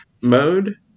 mode